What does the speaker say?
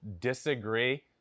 disagree